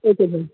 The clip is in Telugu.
okay sir